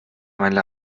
meinem